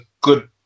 good